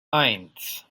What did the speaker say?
eins